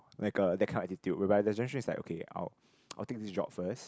like a that kind of attitude whereby their generation is like okay I'll ppo I'll take this job first